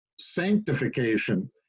sanctification